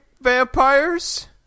vampires